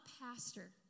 pastor